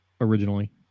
originally